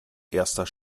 erster